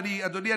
ואדוני,